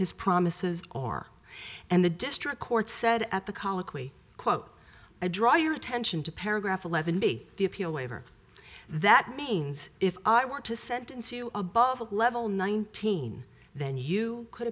his promises are and the district court said at the colloquy quote i draw your attention to paragraph eleven b the appeal waiver that means if i want to sentence you above a level nineteen then you could